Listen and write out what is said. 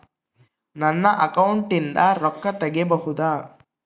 ನನ್ನ ಅಕೌಂಟಿಂದ ರೊಕ್ಕ ತಗಿಬಹುದಾ?